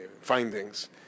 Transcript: findings